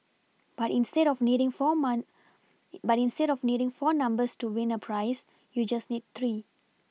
but instead of needing four month but instead of needing four numbers to win a prize you need just three